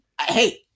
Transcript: hey